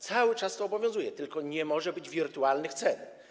Cały czas to obowiązuje, tylko nie może być wirtualnych cen.